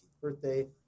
birthday